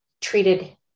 treated